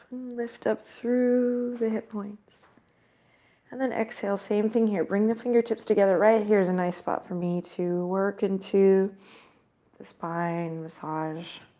lift up through the hip points and then exhale same thing here. bring the fingertips together right here is a nice spot for me to work into the spine massage,